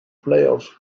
playoffs